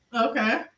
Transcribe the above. Okay